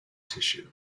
tissue